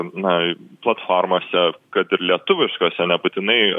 na platformose kad ir lietuviškose nebūtinai